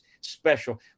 special